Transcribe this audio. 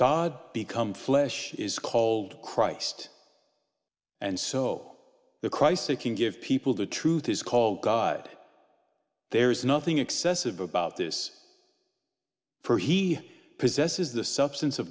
god become flesh is called christ and so the christ sake can give people the truth is called god there is nothing excessive about this for he possesses the substance of